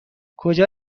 کجا